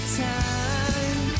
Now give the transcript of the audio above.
time